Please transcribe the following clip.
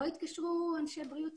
בכל התקופה הזאת לא התקשרו אנשי בריאות